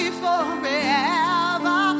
forever